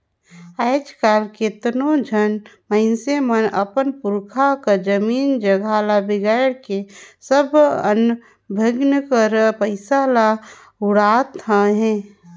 आएज काएल केतनो झन मइनसे मन अपन पुरखा कर जमीन जगहा ल बिगाएड़ के सब अनभनिया कर पइसा ल उड़ावत अहें